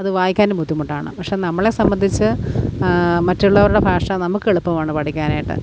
അത് വായിക്കാനും ബുദ്ധിമുട്ടാണ് പക്ഷെ നമ്മളെ സംബന്ധിച്ച് മറ്റുള്ളവരുടെ ഭാഷ നമുക്കെളുപ്പമാണ് പഠിക്കാനായിട്ട്